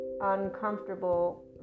uncomfortable